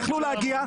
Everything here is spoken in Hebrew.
יכלו להגיע.